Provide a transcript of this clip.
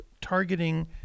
targeting